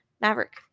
Maverick